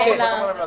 ב-100%.